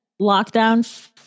lockdown